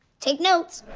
take notes.